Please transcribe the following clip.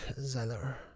Zeller